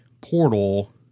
portal